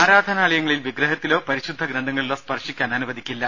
ആരാധനാലയങ്ങളിൽ വിഗ്രഹത്തിലോ പരിശുദ്ധ ഗ്രന്ഥങ്ങളിലോ സ്പർശിക്കാൻ അനുവദിക്കില്ല